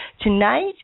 Tonight